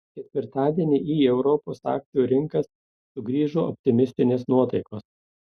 ketvirtadienį į europos akcijų rinkas sugrįžo optimistinės nuotaikos